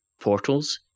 portals